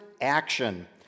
action